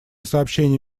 сообщение